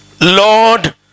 Lord